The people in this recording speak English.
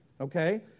okay